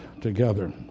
together